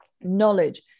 Knowledge